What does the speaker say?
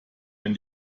wenn